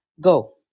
Go